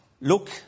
look